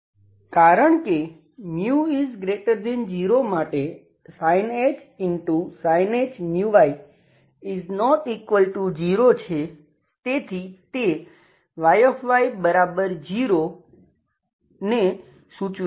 કારણ કે 0 માટે sinh μy ≠0 છે તેથી તે Yy0 ∀yને સૂચવે છે